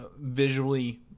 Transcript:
visually